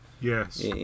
Yes